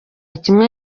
kimwe